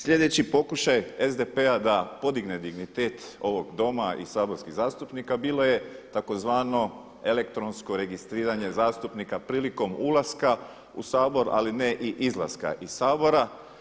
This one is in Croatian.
Sljedeći pokušaj SDP-a da podigne dignitet ovog Doma i saborskih zastupnika bilo je tzv. elektronsko registriranje zastupnika prilikom ulaska u Sabor ali ne i izlaska iz Sabora.